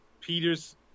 Peters